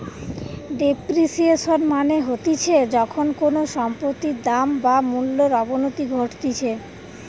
depreciation মানে হতিছে যখন কোনো সম্পত্তির দাম বা মূল্যর অবনতি ঘটতিছে